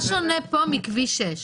מה שונה פה מכביש 6?